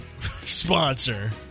sponsor